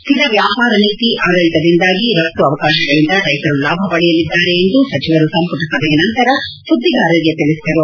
ಶ್ವಿರ ವಾಪಾರ ನೀತಿ ಆಡಳಿತದಿಂದಾಗಿ ರಫ್ತು ಅವಕಾಶಗಳಿಂದ ರೈತರು ಲಾಭ ಪಡೆಯಲಿದ್ದಾರೆ ಎಂದು ಸಚಿವರು ಸಂಮಟ ಸಭೆಯ ನಂತರ ಸುದ್ದಿಗಾರರಿಗೆ ತಿಳಿಸಿದರು